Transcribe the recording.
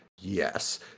yes